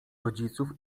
rodziców